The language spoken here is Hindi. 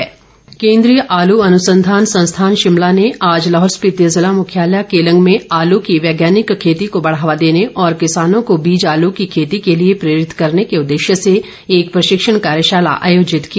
प्रशिक्षण कार्यशाला केन्द्रीय आलू अनुसंधान संस्थान शिमला ने आज लाहौल स्पीति जिला मुख्यालय केलंग में आलू की वैज्ञानिक खेती को बढ़ावा देने और किसानों को बीज आलू की खेती के लिए प्रेरित करने के उददेश्य से एक प्रशिक्षण कार्यशाला आयोजित की